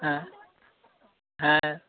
হ্যাঁ হ্যাঁ